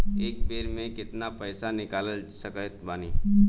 एक बेर मे केतना पैसा निकाल सकत बानी?